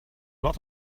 lot